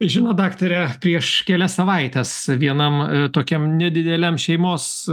žinot daktare prieš kelias savaites vienam tokiam nedideliam šeimos